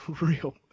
real